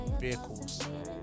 vehicles